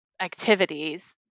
activities